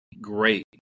great